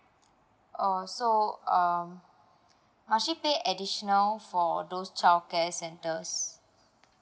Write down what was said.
oh so um must she pay additional for those childcare centers